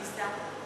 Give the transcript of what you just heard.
ביזה.